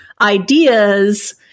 ideas